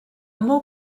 more